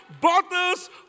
bottles